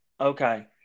Okay